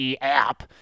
app